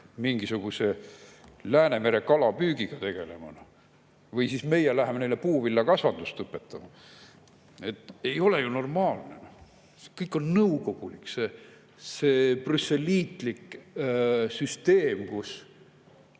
mingisuguse Läänemere kalapüügiga tegelema või siis meie läheme neile puuvillakasvatust õpetama. Ei ole ju normaalne see nõukogulik, see brüsselliitlik süsteem, kus